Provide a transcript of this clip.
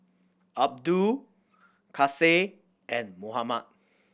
Abdul Kasih and Muhammad